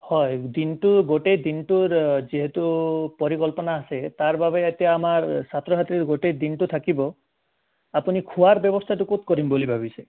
হয় দিনটো গোটেই দিনটোৰ যিহেতু পৰিকল্পনা আছে তাৰ বাবে এতিয়া আমাৰ ছাত্ৰ ছাত্ৰীৰ গোটেই দিনটো থাকিব আপুনি খোৱাৰ ব্য়ৱস্থাটো ক'ত কৰিম বুলি ভাবিছে